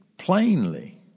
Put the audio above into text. Plainly